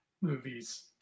movies